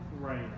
Right